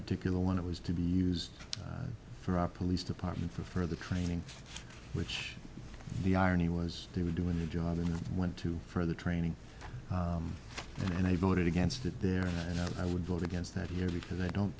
particular one it was to be used for a police department for further training which the irony was they were doing their job and went to further training and i voted against it there and i would vote against that here because i don't